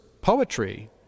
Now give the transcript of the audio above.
poetry